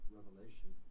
Revelation